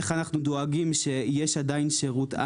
איך אנחנו דואגים שעדיין יהיה שירות?